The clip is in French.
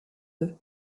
eux